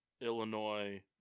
Illinois